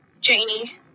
Janie